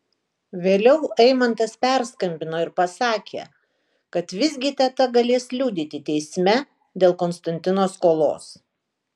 vėliau eimantas perskambino ir pasakė kad visgi teta galės liudyti teisme dėl konstantino skolos